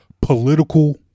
political